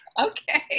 Okay